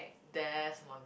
there's one